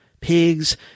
pigs